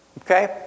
okay